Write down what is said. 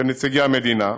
של נציגי המדינה.